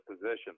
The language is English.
position